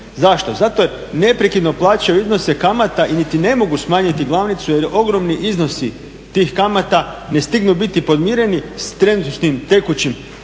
Zašto? Zato jer neprekidno plaćaju iznose kamata, niti ne mogu smanjiti glavnicu jer ogromni iznosi tih kamata ne stignu biti podmireni s trenutnim tekućim